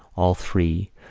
all three,